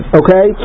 okay